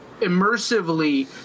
immersively